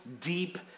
deep